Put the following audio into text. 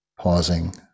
pausing